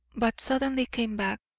but suddenly came back.